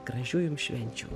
gražių jum švenčių